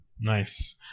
Nice